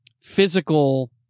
physical